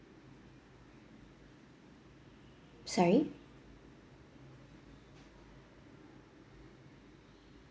sorry